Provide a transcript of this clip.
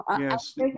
yes